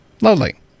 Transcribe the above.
Lovely